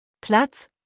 Platz